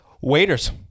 waiters